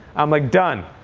i'm like done.